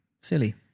silly